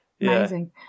Amazing